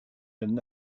d’un